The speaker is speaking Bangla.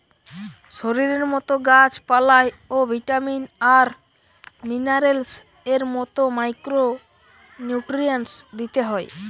শরীরের মতো গাছ পালায় ও ভিটামিন আর মিনারেলস এর মতো মাইক্রো নিউট্রিয়েন্টস দিতে হয়